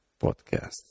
podcast